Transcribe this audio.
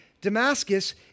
Damascus